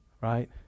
Right